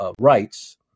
rights